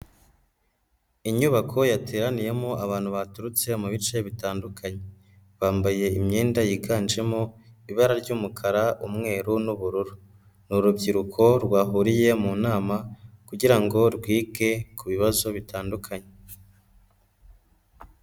inyubako yateraniyemo abantu baturutse mu bice bitandukanye, bambaye imyenda yiganjemo ibara ry'umukara, umweru n'ubururu, ni urubyiruko rwahuriye mu nama kugira ngo rwige ku bibazo bitandukanye.